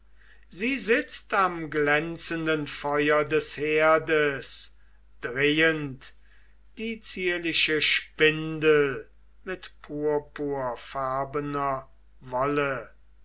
sie sitzt am glänzenden feuer des herdes drehend die zierliche spindel mit purpurfarbener wolle